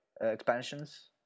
expansions